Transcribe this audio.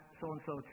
so-and-so